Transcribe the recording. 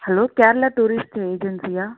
hello Kerala tourist ஏஜென்சியா